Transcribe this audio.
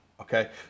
okay